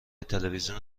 تلوزیون